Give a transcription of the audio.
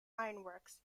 ironworks